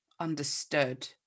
understood